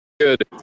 Good